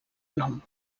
nom